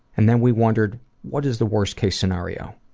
and then we wondered what is the worst-case scenario?